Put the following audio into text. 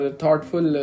thoughtful